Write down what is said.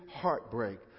heartbreak